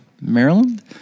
Maryland